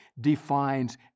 defines